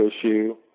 issue